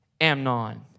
Amnon